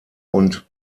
und